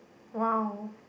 !wow!